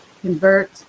convert